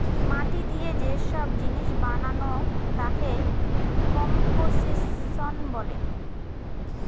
মাটি দিয়ে যে সব জিনিস বানানো তাকে কম্পোসিশন বলে